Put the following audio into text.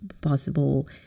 possible